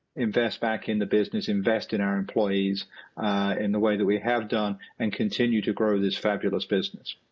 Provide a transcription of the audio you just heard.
invest back in the business invest in our employees in the way that we have done and continue to grow this fabulous business.